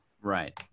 Right